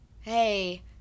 hey